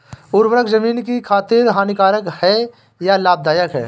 उर्वरक ज़मीन की खातिर हानिकारक है या लाभदायक है?